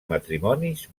matrimonis